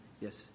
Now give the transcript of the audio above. Yes